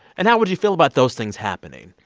and how would you feel about those things happening?